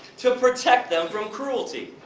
to protect them from cruelty!